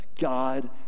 God